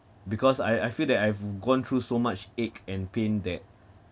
because I I feel that I've gone through so much ache and pain that